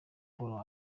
paul